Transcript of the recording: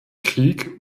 krieg